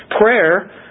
prayer